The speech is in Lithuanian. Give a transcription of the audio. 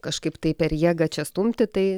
kažkaip tai per jėgą čia stumti tai